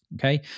Okay